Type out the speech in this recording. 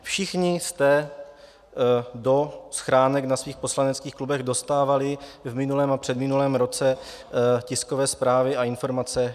Všichni jsme do schránek na svých poslaneckých klubech dostávali v minulém a předminulém roce tiskové zprávy a informace Kapsche.